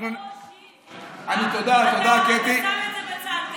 אתה שם את זה בצד,